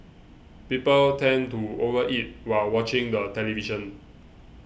people tend to over eat while watching the television